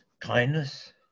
kindness